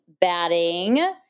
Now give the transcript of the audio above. batting